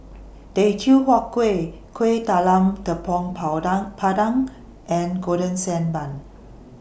Teochew Huat Kueh Kuih Talam Tepong Pandan and Golden Sand Bun